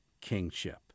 kingship